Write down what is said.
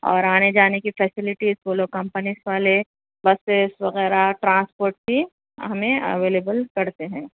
اور آنے جانے کی فیسلیٹیز وہ لوگ کمپنیز والے بسیز وغیرہ ٹرانسورٹ بھی ہمیں اویلیبل کرتے ہیں